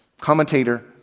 Commentator